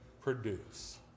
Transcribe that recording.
produce